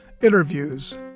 interviews